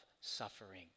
suffering